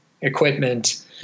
equipment